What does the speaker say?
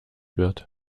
wird